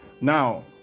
now